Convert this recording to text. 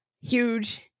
huge